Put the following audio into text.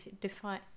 define